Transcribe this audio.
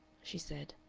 she said.